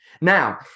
Now